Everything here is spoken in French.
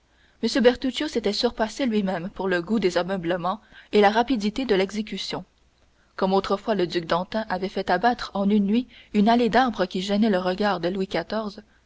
bertuccio s'était surpassé lui-même pour le goût des ameublements et la rapidité de l'exécution comme autrefois le duc d'antin avait fait abattre en une nuit une allée d'arbres qui gênait le regard de louis